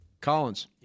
Collins